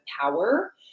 power